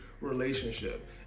relationship